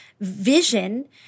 vision